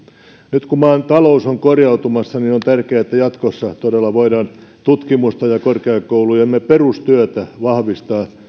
nyt kun maan talous on korjautumassa niin on tärkeää että jatkossa todella voidaan tutkimusta ja korkeakoulujemme perustyötä vahvistaa